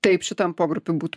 taip šitam pogrupiui būtų